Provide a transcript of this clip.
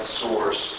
source